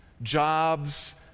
jobs